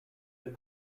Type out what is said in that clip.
the